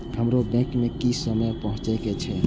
हमरो बैंक में की समय पहुँचे के छै?